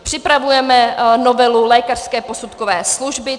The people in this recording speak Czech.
Připravujeme novelu lékařské posudkové služby.